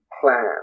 plan